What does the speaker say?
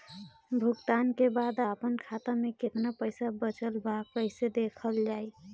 भुगतान के बाद आपन खाता में केतना पैसा बचल ब कइसे देखल जाइ?